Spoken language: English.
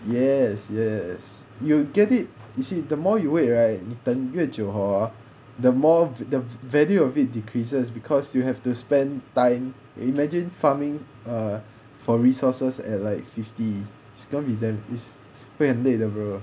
yes yes you get it you see the more you wait right 你等越久 hor the more the value of it decreases because you have to spend time imagine farming uh for resources at like fifty it's gonna be damn 会很累的 bro